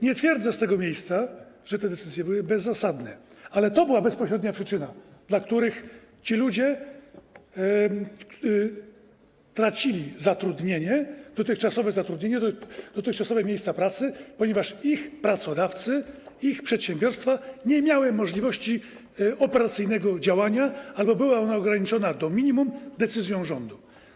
Nie twierdzę z tego miejsca, że te decyzje były bezzasadne, ale to była bezpośrednia przyczyna, dla której ci ludzie tracili zatrudnienie, dotychczasowe zatrudnienie, dotychczasowe miejsca pracy, ponieważ ich pracodawcy, ich przedsiębiorstwa nie miały możliwości operacyjnego działania albo było one ograniczone do minimum decyzją rządu.